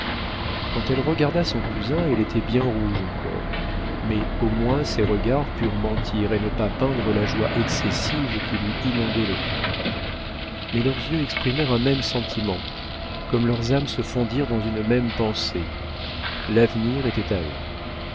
quand elle regarda son cousin elle était bien rouge encore mais au moins ses regards purent mentir et ne pas peindre la joie excessive qui lui inondait le cœur mais leurs yeux exprimèrent un même sentiment comme leurs âmes se fondirent dans une même pensée l'avenir était à eux